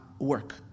work